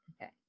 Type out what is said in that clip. Okay